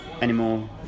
anymore